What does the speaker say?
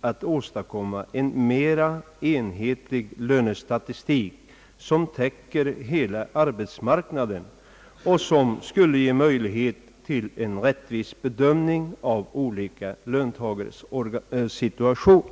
att åstadkomma en mera enhetlig lönestatistik, som täcker hela arbetsmarknaden och som skulle ge möjligheter till en rättvis bedömning av olika löntagares situation.